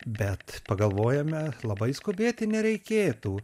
bet pagalvojome labai skubėti nereikėtų